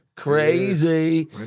Crazy